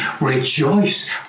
rejoice